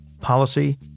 policy